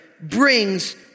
brings